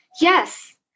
Yes